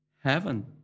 heaven